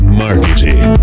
marketing